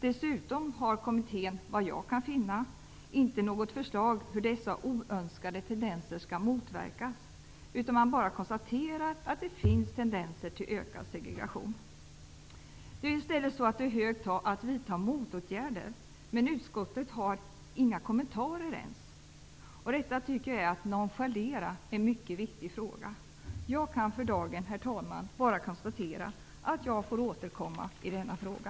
Dessutom har kommittén, såvitt jag kan finna, inte något förslag till hur dessa oönskade tendenser skall motverkas, utan man bara konstaterar att det finns tendenser till ökad segregation. Det är nu hög tid att vidta motåtgärder, men utskottet har inga kommentarer ens. Detta tycker jag är att nonchalera en mycket viktig fråga. Jag kan för dagen, herr talman, bara konstatera att jag får återkomma i denna fråga.